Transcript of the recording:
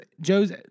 Joe's